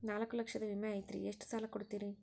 ನಾಲ್ಕು ಲಕ್ಷದ ವಿಮೆ ಐತ್ರಿ ಎಷ್ಟ ಸಾಲ ಕೊಡ್ತೇರಿ?